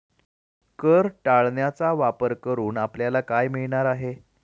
कर टाळण्याचा वापर करून आपल्याला काय मिळणार आहे?